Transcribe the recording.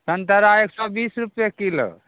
सन्तरा एक सए बीस रुपये किलो